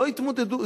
לא התמודדו.